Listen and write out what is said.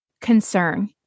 concern